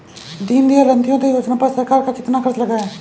दीनदयाल अंत्योदय योजना पर सरकार का कितना खर्चा लगा है?